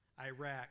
iraq